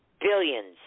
Billions